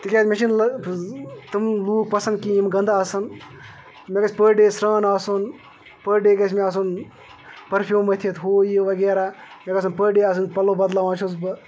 تِکیازِ مےٚ چھِ تِم لُکھ پَسنٛد کِہیٖنۍ یِم گندٕ آسَن مےٚ گژھِ پٔر ڈے سرٛان آسُن پٔر ڈے گَژھِ مےٚ آسُن پٔرفیوٗم مٔتھِتھ ہُہ یہِ وغیرہ مےٚ گژھن پٔر ڈے آسٕنۍ پَلو بَدلاوان چھُس بہٕ